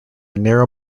narrow